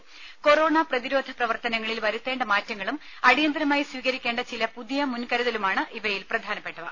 ഗവൺമെന്റിന്റെ കൊറോണാ പ്രതിരോധ പ്രവർത്തനങ്ങളിൽ വരുത്തേണ്ട മാറ്റങ്ങളും അടിയന്തിരമായി സ്വീകരിക്കേണ്ട ചില പുതിയ മുൻകരുതലുമാണ് ഇവയിൽ പ്രധാനപ്പെട്ടവ